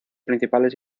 principales